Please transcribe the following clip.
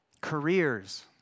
Careers